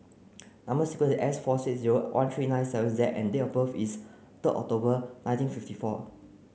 number sequence is S four six zero one three nine seven Z and date of birth is third October nineteen fifty four